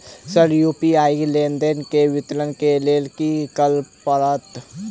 Sir UPI लेनदेन केँ विवरण केँ लेल की करऽ परतै?